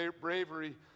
bravery